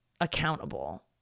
accountable